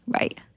Right